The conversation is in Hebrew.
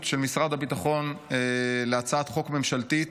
של משרד הביטחון להצעת חוק ממשלתית,